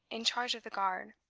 in charge of the guard.